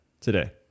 today